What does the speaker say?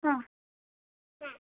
ಹಾಂ ಹ್ಞೂ